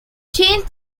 change